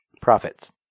Profits